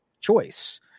choice